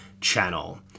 channel